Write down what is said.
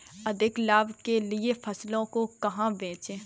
अधिक लाभ के लिए फसलों को कहाँ बेचें?